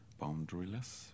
boundaryless